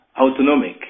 Autonomic